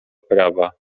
prawa